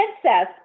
Princess